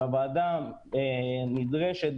הוועדה נדרשת,